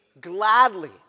gladly